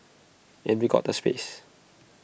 and we've got the space